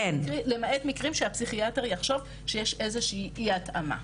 למעט מקרים שהפסיכיאטר יחשוב שיש איזושהי אי התאמה.